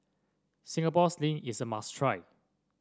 Singapore Sling is a must try